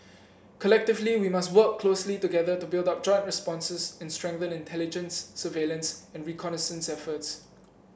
collectively we must work closely together to build up joint responses and strengthen intelligence surveillance and reconnaissance efforts